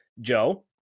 Joe